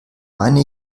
meine